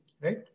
right